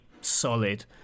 solid